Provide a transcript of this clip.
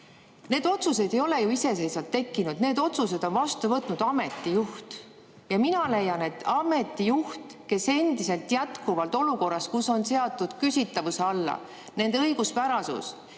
Need otsused ei ole ju iseseisvalt tekkinud, need otsused on vastu võtnud ameti juht. Mina leian, et ameti juht, kes endiselt olukorras, kus on seatud küsimärgi alla [selle otsuse] õiguspärasus